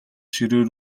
ширээ